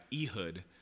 Ehud